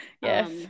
Yes